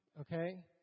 okay